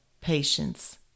patience